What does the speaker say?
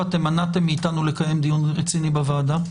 ואתם מנעתם מאיתנו לקיים דיון רציני בוועדה.